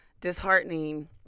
disheartening